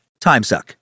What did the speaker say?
timesuck